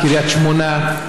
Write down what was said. בקריית שמונה,